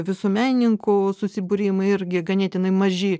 visuomenininkų susibūrimai irgi ganėtinai maži